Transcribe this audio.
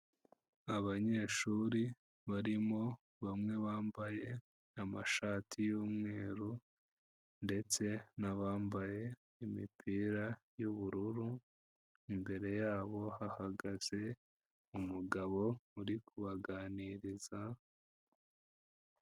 Abanyeshuri barimo bamwe bambaye amashati y'umweru ndetse n'abambaye imipira y'ubururu, imbere yabo hahagaze umugabo uri kubaganiriza.